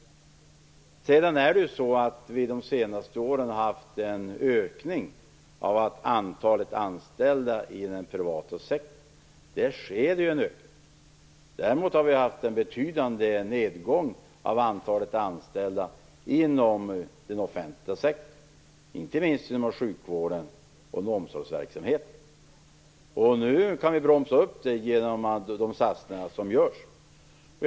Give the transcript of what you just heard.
Under de senaste åren har det skett, och sker, en ökning av antalet anställda inom den privata sektorn. Däremot har det skett en betydande nedgång av antalet anställda inom den offentliga sektorn, inte minst inom sjukvården och omsorgsverksamheten. Nu kan vi bromsa detta genom de satsningar som görs.